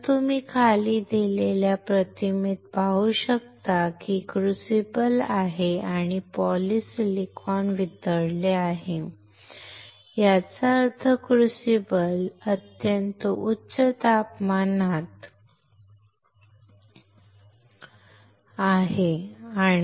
तर तुम्ही खाली दिलेल्या प्रतिमेत पाहू शकता की एक क्रूसिबल आहे आणि पॉलिसिलिकॉन वितळले आहे याचा अर्थ क्रूसिबल अत्यंत उच्च तापमानावर आहे